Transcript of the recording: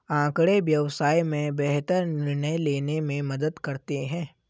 आँकड़े व्यवसाय में बेहतर निर्णय लेने में मदद करते हैं